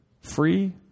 Free